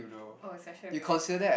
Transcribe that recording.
oh special ability